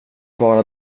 bara